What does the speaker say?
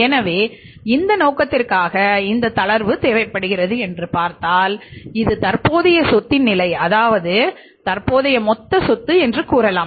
எனவே அந்த நோக்கத்திற்காக இந்த தளர்வு தேவைப்படுகிறது என்று பார்த்தால் இது தற்போதைய சொத்தின் நிலை அதாவது தற்போதைய மொத்த சொத்து என்று கூறலாம்